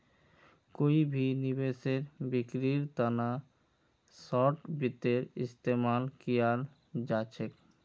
कोई भी निवेशेर बिक्रीर तना शार्ट वित्तेर इस्तेमाल कियाल जा छेक